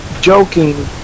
joking